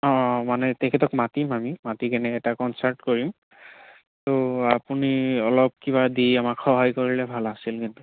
অ' মানে তেখেতক মাতিম আমি মাতি কেনে এটা কনচাৰ্ট কৰিম ত' আপুনি অলপ কিবা দি আমাক সহায় কৰিলে ভাল আছিল কিন্তু